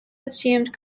assumed